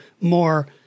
more